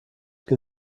can